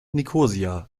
nikosia